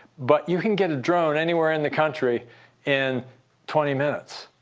but you can get a drone anywhere in the country in twenty minutes.